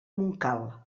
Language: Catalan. montcal